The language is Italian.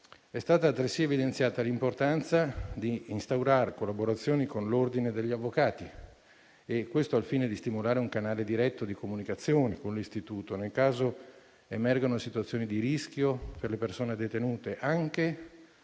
È stata altresì evidenziata l'importanza di instaurare collaborazioni con l'ordine degli avvocati, al fine di stimolare un canale diretto di comunicazione con l'istituto, nel caso emergano situazioni di rischio per le persone detenute, anche